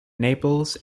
naples